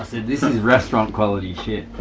i said, this is restaurant quality shit.